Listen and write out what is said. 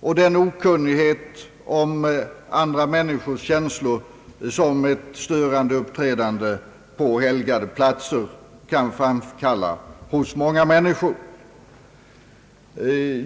och den okunnighet om andra människors känslor, som ett störande uppträdande på helgade platser kan framkalla hos många människor.